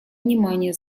внимание